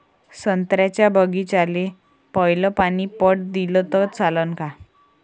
संत्र्याच्या बागीचाले पयलं पानी पट दिलं त चालन का?